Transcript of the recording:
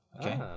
okay